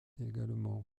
également